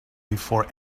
before